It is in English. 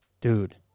Dude